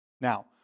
Now